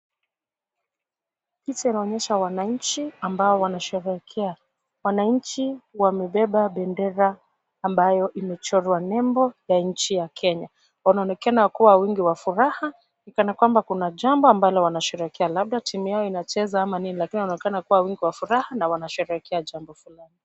Picha inaonyesha wananchi ambao wanasherehekea. Wananchi wamebeba bendera ambayo imechorwa nembo ya nchi ya Kenya. Wanaonekana kuwa wingi wa furaha ni kana kwamba kuna jambo ambalo wanasherehekea. Labda timu yao inacheza ama nini, lakini wanaonekana kuwa wingi wa furaha na wanasherehekea jambo fulani.